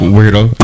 Weirdo